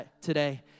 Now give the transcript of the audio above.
today